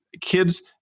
kids